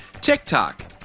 TikTok